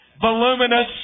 voluminous